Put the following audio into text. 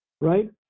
Right